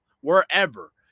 wherever